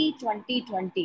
2020